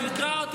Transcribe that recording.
אני שואל אותו